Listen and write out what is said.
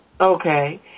Okay